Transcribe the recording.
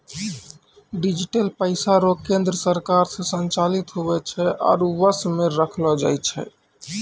digital पैसा रो केन्द्र सरकार से संचालित हुवै छै आरु वश मे रखलो जाय छै